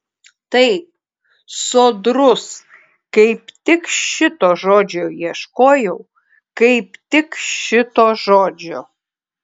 taip sodrus kaip tik šito žodžio ieškojau kaip tik šito žodžio